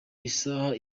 isaha